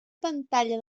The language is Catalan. pantalla